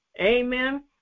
amen